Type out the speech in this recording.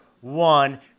one